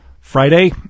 Friday